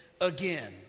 again